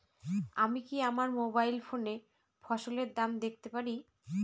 আমি কি আমার মোবাইল ফোনে ফসলের দাম দেখতে পারি?